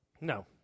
No